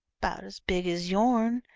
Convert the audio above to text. about as big as yourn.